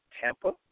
Tampa